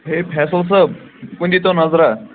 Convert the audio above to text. ہِے فیصَل صٲب یِکُن دِیٖتَو نَظرا